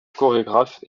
chorégraphe